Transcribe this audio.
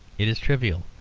it is trivial,